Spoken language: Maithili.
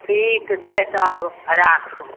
ठीक छै तब राखू